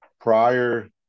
prior